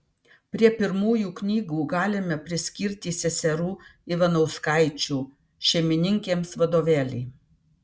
prie pirmųjų knygų galime priskirti seserų ivanauskaičių šeimininkėms vadovėlį